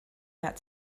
that